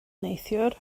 neithiwr